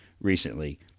recently